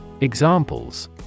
Examples